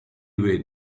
way